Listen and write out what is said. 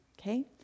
okay